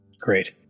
Great